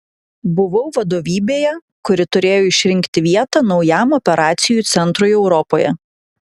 buvau vadovybėje kuri turėjo išrinkti vietą naujam operacijų centrui europoje